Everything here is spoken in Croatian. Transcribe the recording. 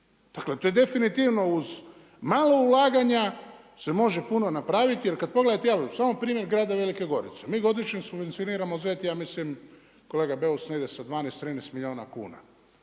Dakle to je definitivno uz malo ulaganja se može puno napraviti jer kada pogledate evo samo primjer grada Velike Gorice, mi godišnje subvencioniramo ZET ja mislim kolega BEus negdje sa 12, 13 milijuna kuna.